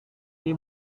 lee